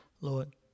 Lord